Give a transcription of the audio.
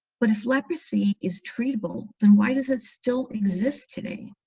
but if leprosy is treatable then why does it still exist today?